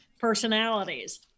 personalities